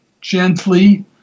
gently